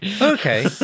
Okay